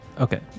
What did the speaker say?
Okay